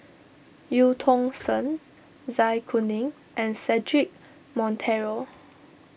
Eu Tong Sen Zai Kuning and Cedric Monteiro